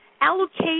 allocate